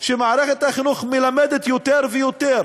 שמערכת החינוך מלמדת יותר ויותר